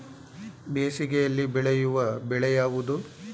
ಬೇಸಿಗೆಯಲ್ಲಿ ಬೆಳೆಯುವ ಬೆಳೆ ಯಾವುದು?